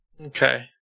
Okay